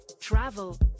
travel